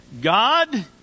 God